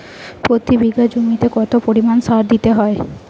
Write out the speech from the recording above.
প্রতি বিঘা জমিতে কত পরিমাণ সার দিতে হয়?